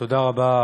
תודה רבה.